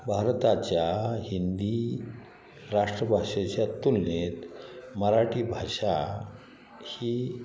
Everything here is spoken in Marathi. भारताच्या हिंदी राष्ट्रभाषेच्या तुलनेत मराठी भाषा ही